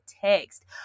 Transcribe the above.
text